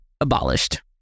abolished